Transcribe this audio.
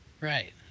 Right